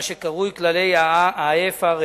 מה שקרוי כללי ה-IFRS.